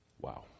Wow